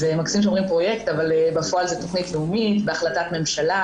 זה מקסים שאומרים פרויקט אבל בפועל זו תכנית לאומית בהחלטת ממשלה,